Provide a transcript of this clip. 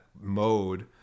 mode